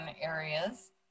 areas